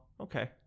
Okay